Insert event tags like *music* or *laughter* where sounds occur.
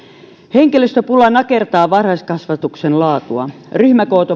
henkilöstöpula nakertaa varhaiskasvatuksen laatua ryhmäkoot *unintelligible*